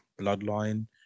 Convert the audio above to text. bloodline